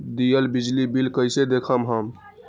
दियल बिजली बिल कइसे देखम हम?